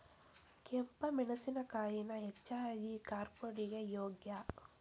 ಕೆಂಪ ಮೆಣಸಿನಕಾಯಿನ ಹೆಚ್ಚಾಗಿ ಕಾರ್ಪುಡಿಗೆ ಯೋಗ್ಯ